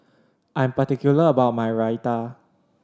I'm particular about my Raita